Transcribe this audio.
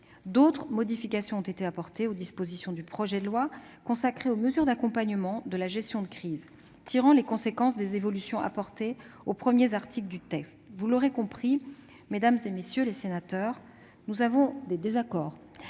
D'autres modifications ont été apportées aux dispositions consacrées aux mesures d'accompagnement de la gestion de crise, afin de tirer les conséquences des évolutions apportées aux premiers articles du texte. Vous l'aurez compris, mesdames, messieurs les sénateurs, nous avons des désaccords